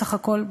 בסך הכול,